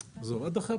עד אחרי הפגרה.